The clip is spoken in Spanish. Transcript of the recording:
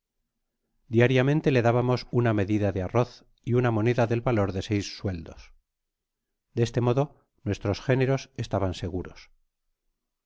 diariamente le dábamos una medida de arroz y una moneda del valor de seis sueldos de este modo nuestros géneros estaban seguros